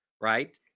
right